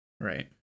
right